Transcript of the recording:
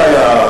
אין לי בעיה,